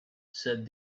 said